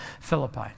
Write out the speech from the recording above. Philippi